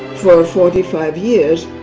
for forty five years,